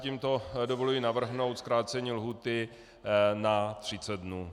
Tímto si dovoluji navrhnout zkrácení lhůty na 30 dnů.